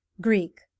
Greek